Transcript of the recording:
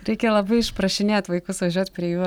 reikia labai išprašinėt vaikus važiuot prie jūros